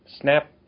Snap